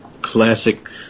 classic